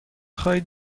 خواهید